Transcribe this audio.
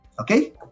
okay